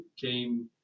came